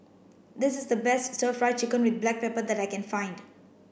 this is the best stir fry chicken with black pepper that I can find